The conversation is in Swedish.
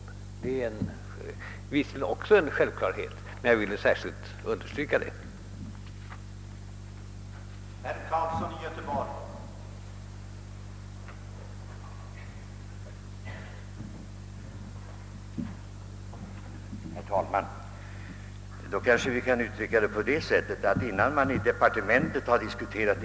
Visserligen är också detta en självklarhet, men jag vill i alla fall understryka att sådan hänsyn kommer att tas.